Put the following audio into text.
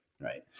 right